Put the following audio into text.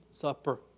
Supper